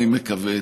אני מקווה,